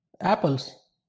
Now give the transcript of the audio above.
apples